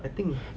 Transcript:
I think